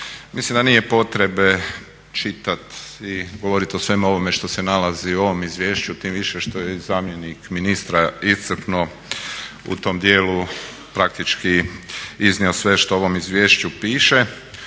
mislim da nije potrebno čitati i govorit o svemu ovome što se nalazi u ovom izvješću tim više što je i zamjenik ministra iscrpno u tom djelu praktički iznio sve što u ovom izvješću piše.